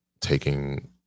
taking